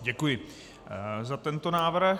Děkuji za tento návrh.